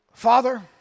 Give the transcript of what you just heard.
Father